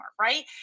right